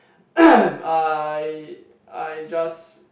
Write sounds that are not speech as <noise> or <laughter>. <noise> I I just